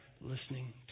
listening